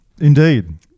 Indeed